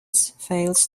fails